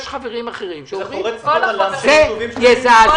זה חורץ גורלם של יישובים שלמים.